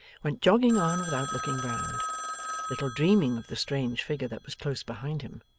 went jogging on without looking round little dreaming of the strange figure that was close behind him,